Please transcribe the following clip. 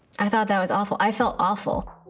i thought that was awful, i felt awful.